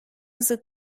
zıt